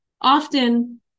Often